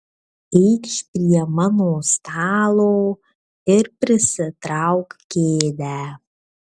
eikš prie mano stalo ir prisitrauk kėdę